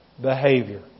behavior